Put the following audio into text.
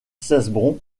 cesbron